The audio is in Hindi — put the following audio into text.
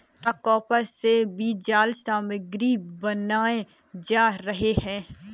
क्या कॉपर से भी जाल सामग्री बनाए जा रहे हैं?